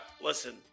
listen